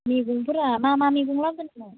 मैगंफोरा मा मा मैगं लाबोदों नोंलाय